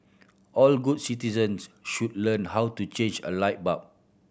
all good citizens should learn how to change a light bulb